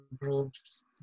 groups